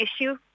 issue